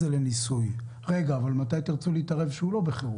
מתי תרצו להתערב, כשזה לא בחירום?